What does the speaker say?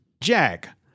Jack